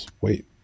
Wait